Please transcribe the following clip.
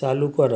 চালু করা